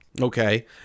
Okay